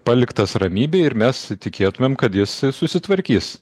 paliktas ramybėj ir mes tikėtumėm kad jis susitvarkys